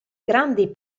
grandi